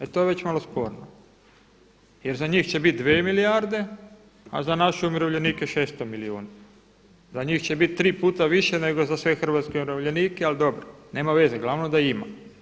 E to je već malo sporno, jer za njih će biti 2 milijarde a za naše umirovljenike 600 milijuna, za njih će biti 3 puta više nego za sve hrvatske umirovljenike ali dobro nema veze, glavno da ima.